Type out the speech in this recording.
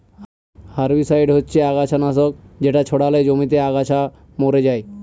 herbicide হচ্ছে আগাছা নাশক যেটা ছড়ালে জমিতে আগাছা মরে যায়